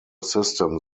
system